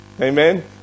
Amen